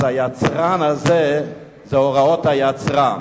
אז היצרן הזה, זה הוראות היצרן.